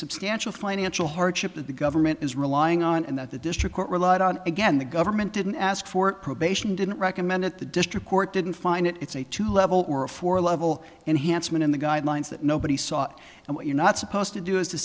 substantial financial hardship that the government is relying on and that the district court relied on again the government didn't ask for probation didn't recommend that the district court didn't find it it's a two level or a four level and hansen in the guidelines that nobody saw and what you're not supposed to do is to